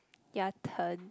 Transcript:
ya turn